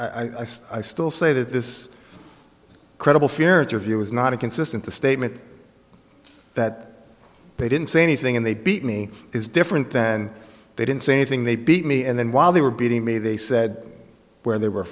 say i still say that this credible fear interview was not a consistent the statement that they didn't say anything and they beat me is different then they didn't say anything they beat me and then while they were beating me they said where they were